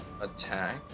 attack